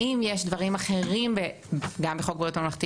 האם יש דברים אחרים בחוק בריאות ממלכתי